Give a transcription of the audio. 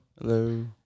hello